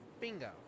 Bingo